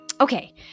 Okay